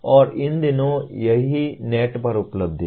और इन दिनों यह नेट पर उपलब्ध है